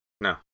No